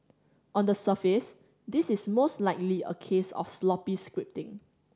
on the surface this is most likely a case of sloppy scripting